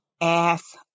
ass